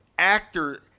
Actor